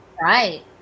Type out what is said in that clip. Right